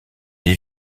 des